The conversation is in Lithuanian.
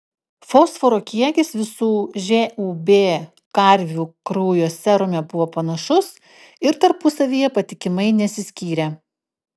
fosforo kiekis visų žūb karvių kraujo serume buvo panašus ir tarpusavyje patikimai nesiskyrė